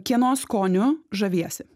kieno skoniu žaviesi